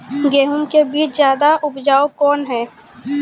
गेहूँ के बीज ज्यादा उपजाऊ कौन है?